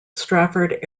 strafford